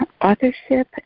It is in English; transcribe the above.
authorship